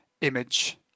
image